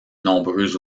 nombreux